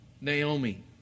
Naomi